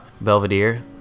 Belvedere